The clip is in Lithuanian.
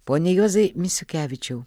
pone juozai misiukevičiau